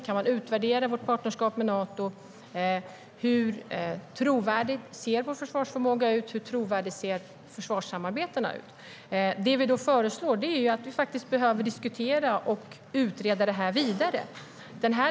Kan man utvärdera vårt partnerskap med Nato? Hur trovärdig är vår försvarsförmåga? Hur trovärdiga är försvarssamarbetena? Det vi då föreslår är att vi ska diskutera och utreda detta vidare.